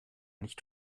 nicht